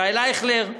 ישראל אייכלר,